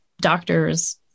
doctors